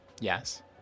Yes